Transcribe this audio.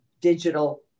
digital